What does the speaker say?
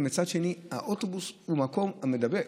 ומצד שני האוטובוס הוא מקום מידבק,